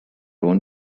own